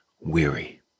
weary